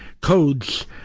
codes